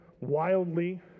wildly